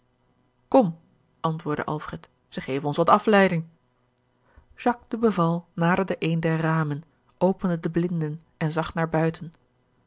kom antwoordde alfred zij geven ons wat afleiding jacques de beval naderde een der ramen opende de blinden en zag naar buiten